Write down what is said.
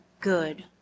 good